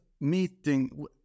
meeting